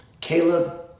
Caleb